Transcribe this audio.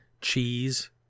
cheese